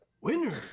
Winner